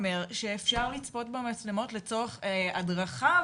שאומר שאפשר לצפות במצלמות לצורך הדרכה.